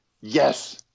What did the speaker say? Yes